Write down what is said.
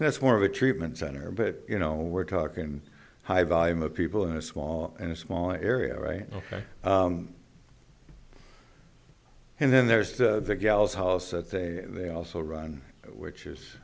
it's more of a treatment center but you know we're talking high volume of people in a small in a small area right ok and then there's the gal's house that they also run which is